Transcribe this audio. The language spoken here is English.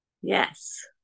Yes